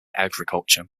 agriculture